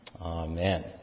Amen